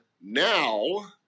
now